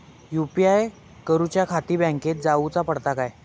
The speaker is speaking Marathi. यू.पी.आय करूच्याखाती बँकेत जाऊचा पडता काय?